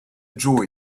joy